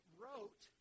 wrote